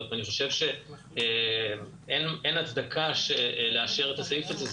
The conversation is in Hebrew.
ואני חושב שאין הצדקה לאשר את הסעיף הזה.